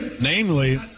Namely